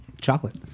chocolate